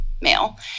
male